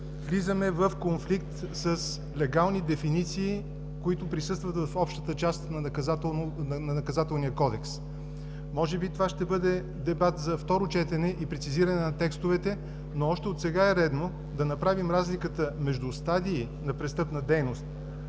влизаме в конфликт с легални дефиниции, които присъстват в общата част на Наказателния кодекс. Може би това ще бъде дебатът за второ четене и прецизиране на текстовете, но още отсега е редно да направим разликата между стадий на престъпна дейност,